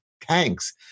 tanks